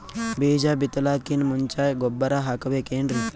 ಬೀಜ ಬಿತಲಾಕಿನ್ ಮುಂಚ ಗೊಬ್ಬರ ಹಾಕಬೇಕ್ ಏನ್ರೀ?